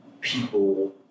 people